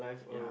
yeah